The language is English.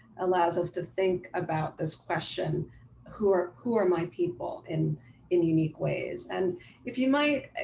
allows us to think about this question who are who are my people and in unique ways, and if you might